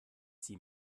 sie